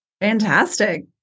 Fantastic